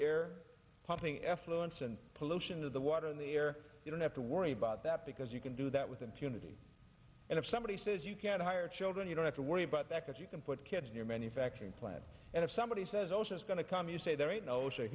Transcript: air pumping effluence and pollution of the water in the air you don't have to worry about that because you can do that with impunity and if somebody says you can't hire children you don't have to worry about that that you can put kids in your manufacturing plant and if somebody says oh she's going to come you say there ain't no sh